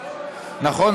נכון?